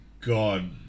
God